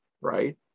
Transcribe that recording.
right